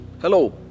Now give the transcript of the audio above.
hello